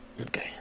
Okay